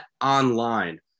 Online